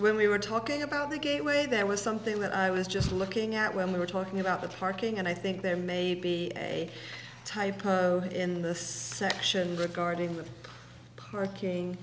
when we were talking about the gateway there was something that i was just looking at when we were talking about the parking and i think there may be a typo in this section regarding parking